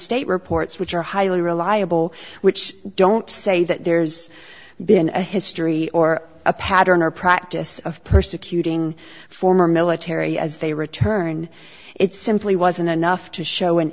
state reports which are highly reliable which don't say that there's been a history or a pattern or practice of persecuting former military as they return it simply wasn't enough to show an